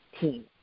team